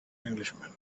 englishman